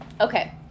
Okay